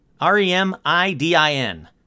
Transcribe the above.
r-e-m-i-d-i-n